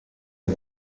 der